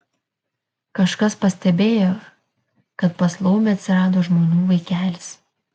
kažkas pastebėjo kad pas laumę atsirado žmonių vaikelis